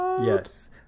Yes